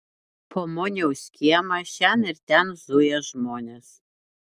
po moniaus kiemą šen ir ten zuja žmonės